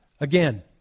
Again